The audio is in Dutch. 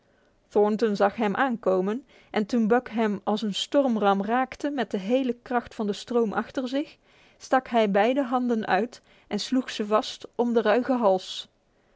thornton zag hem aankomen en toen buck hem als een stormram raakte met de hele kracht van de stroom achter zich stak hij beide armen uit en sloeg ze vast om de ruige hals